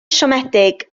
siomedig